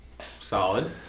Solid